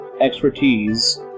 expertise